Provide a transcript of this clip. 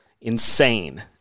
insane